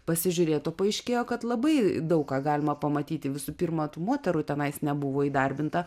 pasižiūrėt o paaiškėjo kad labai daug ką galima pamatyti visų pirma tų moterų tenais nebuvo įdarbinta